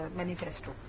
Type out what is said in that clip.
manifesto